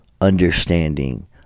understanding